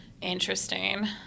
Interesting